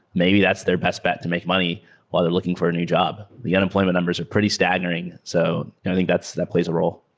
maybe that's their best bet to make money while they're looking for a new job. the unemployment numbers are pretty staggering. so i think that plays a role.